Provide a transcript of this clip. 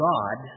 God